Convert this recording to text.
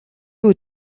aux